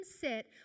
set